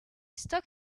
stuck